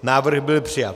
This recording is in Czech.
Návrh byl přijat.